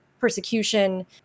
persecution